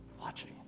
watching